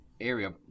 area